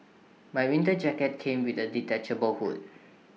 my winter jacket came with A detachable hood